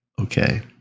Okay